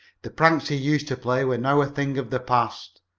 the pranks he used to play were now a thing of the past,